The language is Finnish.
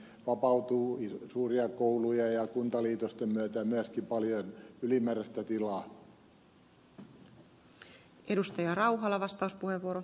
nykyäänhän vapautuu suuria kouluja ja kuntaliitosten myötä myöskin paljon ylimääräistä tilaa